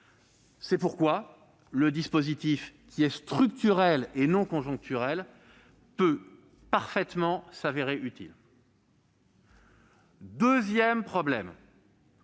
C'est pourquoi ce dispositif, qui est structurel et non conjoncturel, peut parfaitement s'avérer utile. Le deuxième problème